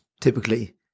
typically